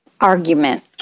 argument